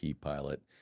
pilot